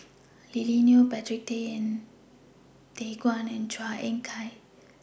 Lily Neo Patrick Tay Teck Guan and Chua Ek Kay